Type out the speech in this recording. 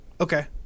Okay